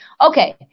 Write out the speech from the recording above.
Okay